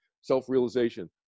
self-realization